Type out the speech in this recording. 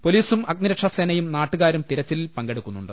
പൊലീസും അഗ്നി രക്ഷാ സേനയും നാട്ടുകാരും തിരച്ചിലിൽ പങ്കെടുക്കുന്നുണ്ട്